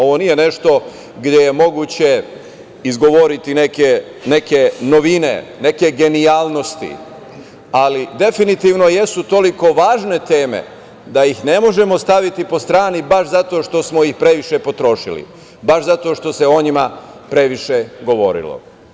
Ovo nije nešto gde je moguće izgovoriti neke novine, neke genijalnosti, ali definitivno jesu toliko važne teme da ih ne možemo staviti po strani baš zato što smo ih previše potrošili, baš zato što se o njima previše govorilo.